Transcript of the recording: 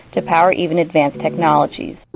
to power even advanced technologies.